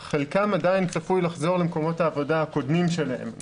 אבל חלקם עדיין צפוי לחזור למקומות העבודה הקודמים שלהם,